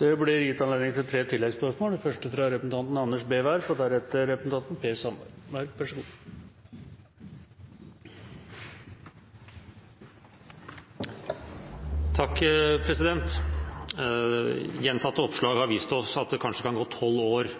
Det blir gitt anledning til tre oppfølgingsspørsmål – først Anders B. Werp. Gjentatte oppslag har vist oss at det kanskje kan gå tolv år